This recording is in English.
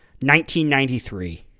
1993